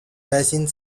basin